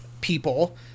people